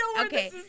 Okay